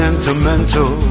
Sentimental